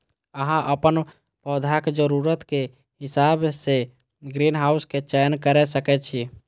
अहां अपन पौधाक जरूरत के हिसाब सं ग्रीनहाउस के चयन कैर सकै छी